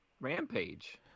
Rampage